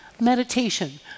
meditation